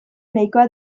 nahikoa